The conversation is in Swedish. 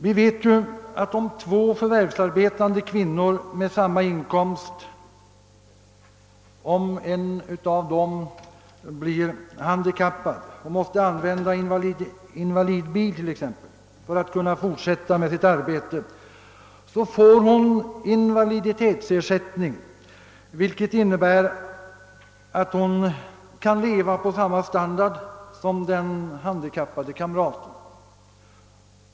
Vi vet att om en av två förvärvsarbetande kvinnor med samma inkomst blir handikappad och t.ex. måste använda invalidbil för att kunna fortsätta med sitt arbete, får hon invaliditetsersättning, vilket innebär att hon kan leva på samma standard som den icke handikappade kamraten.